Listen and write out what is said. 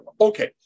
Okay